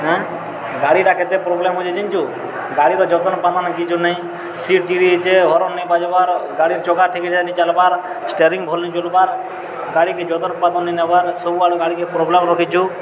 ହାଏଁ ଗାଡ଼ିଟା କେତେ ପ୍ରୋବ୍ଲେମ୍ ହେଉଛେ ଜାନିଛୁ ଗାଡ଼ିର ଯତନ୍ପତନ୍ କିଛି ନାଇ ସିଟ୍ ଚିରିଯାଇଛେ ହର୍ନ ନାଇ ବାଜ୍ବାର୍ ଗାଡ଼ି ଚକା ଠିକ୍କିନା ନି ଚାଲ୍ବାର୍ ଷ୍ଟେୟରିଙ୍ଗ ଭଲ୍ ନି ଚଲବାର୍ ଗାଡ଼ିିକେ ଯତନ୍ପତନ୍ ନି ନେବାର୍ ସବୁ ଆଡ଼ୁ ଗାଡ଼ିିକେ ପ୍ରୋବ୍ଲେମ୍ ରଖିଛୁ